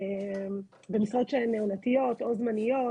במשרות שהן עונתיות או זמניות.